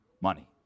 money